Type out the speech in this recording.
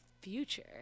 future